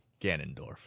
ganondorf